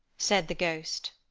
said the ghost.